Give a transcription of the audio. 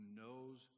knows